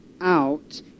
out